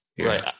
Right